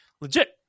legit